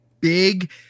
big